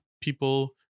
people